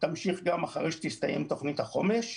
תמשיך גם אחרי שתסתיים תוכנית החומש.